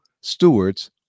stewards